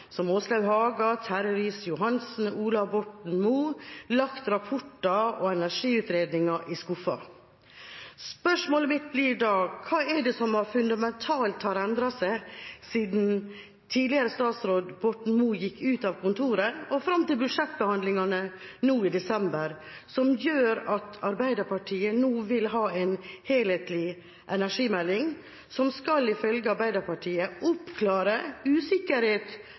som Åslaug Haga, Terje Riis-Johansen og Ola Borten Moe, lagt rapporter og energiutredninger i skuffen. Spørsmålet mitt blir da: Hva er det som har endret seg fundamentalt siden tidligere statsråd Borten Moe gikk ut av kontoret, og fram til budsjettbehandlingene nå i desember, som gjør at Arbeiderpartiet nå vil ha en helhetlig energimelding som ifølge Arbeiderpartiet skal oppklare usikkerhet